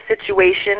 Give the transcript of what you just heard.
situation